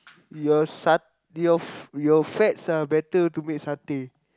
your sat~ your f~ your fats are better to make satay